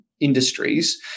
industries